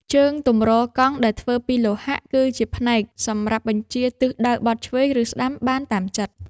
ជើងទម្រកង់ដែលធ្វើពីលោហៈ គឺជាផ្នែកសម្រាប់បញ្ជាទិសដៅបត់ឆ្វេង ឬស្ដាំបានតាមចិត្ត។